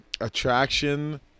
attraction